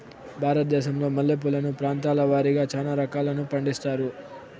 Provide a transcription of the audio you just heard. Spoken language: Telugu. భారతదేశంలో మల్లె పూలను ప్రాంతాల వారిగా చానా రకాలను పండిస్తారు